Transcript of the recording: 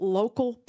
local